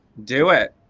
do it.